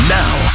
now